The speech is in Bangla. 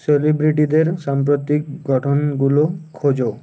সেলিব্রিটিদের সম্প্রতিক গঠনগুলো খোঁজো